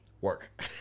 work